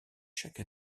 chaque